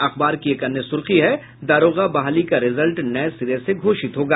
अखबार की एक अन्य सुर्खी है दारोगा बहाली का रिजल्ट नये सिरे से घोषित होगा